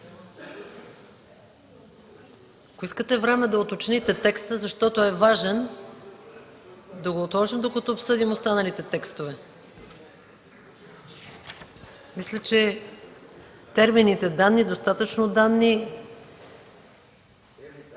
Ако искате време да уточните текста, защото е важен, да го отложим, докато обсъдим останалите текстове. Мисля, че термините „данни”, „достатъчно данни”...